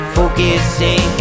Focusing